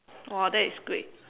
!wah! that is great